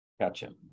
Gotcha